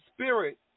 spirit